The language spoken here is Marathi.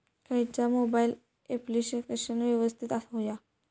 खयचा मोबाईल ऍप्लिकेशन यवस्तित होया?